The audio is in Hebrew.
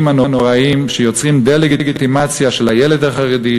הנוראים שיוצרים דה-לגיטימציה של הילד החרדי,